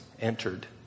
entered